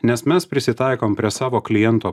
nes mes prisitaikom prie savo kliento